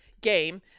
game